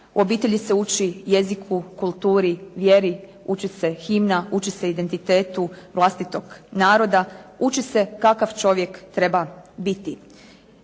u obitelji se uči jeziku kulturi, vjeri, uči se himna uči se identitetu vlastitog naroda, uči se kakav čovjek treba biti.